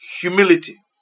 humility